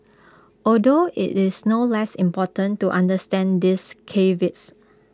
although IT is no less important to understand these caveats